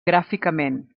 gràficament